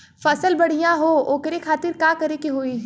फसल बढ़ियां हो ओकरे खातिर का करे के होई?